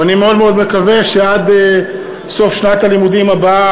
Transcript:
ואני מאוד מאוד מקווה שעד סוף שנת הלימודים הבאה